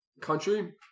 country